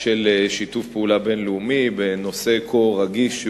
של שיתוף פעולה בין-לאומי בנושא כה רגיש,